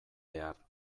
behar